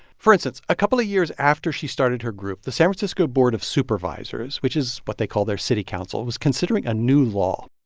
for instance, a couple of years after she started her group, the san francisco board of supervisors, which is what they call their city council, was considering a new law.